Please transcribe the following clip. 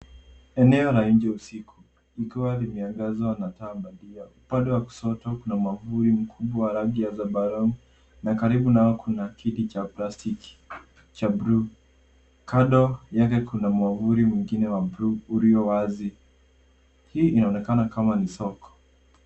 Eneo la nje usiku, likiwa limeangazwa na taa mbali mbali . Upande wa kushoto kuna mwavuli mkubwa rangi ya zambarau, na karibu nao kuna kiti cha plastiki cha buluu. Kando yake kuna mwavuli mwingine wa buluu ulio wazi. Hii inaonekana kama ni soko.